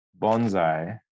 bonsai